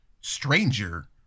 stranger